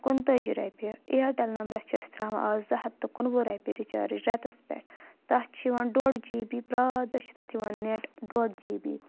کُنتٲجی رۄپیہِ اِیَرٹیل نمبرَس چھِ أسۍ ترٛاوان آز زٕ ہَتھ تہٕ کُنوُہ رۄپیہِ رِچارٕج رؠتَس پؠٹھ تَتھ چھِ یِوان ڈۄڈ جی بی پرٛا دۄہ چھِ تَتھ یِوان نِیَٹ ڈۄڈ جی بی